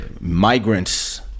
migrants